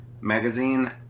magazine